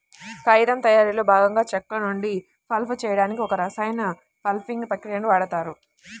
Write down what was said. కాగితం తయారీలో భాగంగా చెక్క నుండి పల్ప్ చేయడానికి ఒక రసాయన పల్పింగ్ ప్రక్రియని వాడుతారు